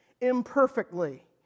imperfectly